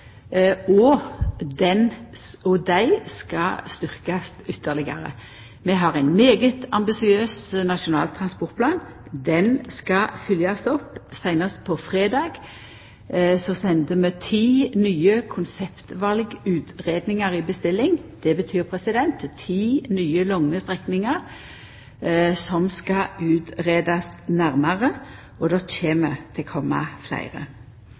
og dei skal styrkjast ytterlegare. Vi har ein svært ambisiøs Nasjonal transportplan, han skal følgjast opp. Seinast på fredag sende vi ti nye konseptvalutgreiingar i bestilling. Det betyr ti nye lange strekningar som skal utgreiast nærare, og det kjem til å koma fleire.